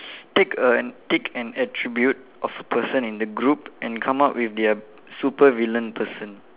take a take an attribute of a person in the group and come up with their super villain person